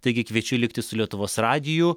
taigi kviečiu likti su lietuvos radiju